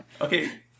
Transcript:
okay